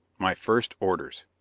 my first orders!